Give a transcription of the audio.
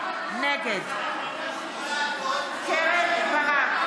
נגד איפה התקשורת?